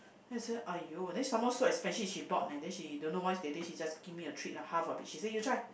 then said !aiyo! then some more so expensive she bought leh then she don't know why that day she just give a treat of half she said you try